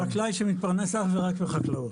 חקלאי שמתפרנס אך ורק מחקלאות.